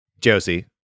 Josie